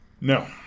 No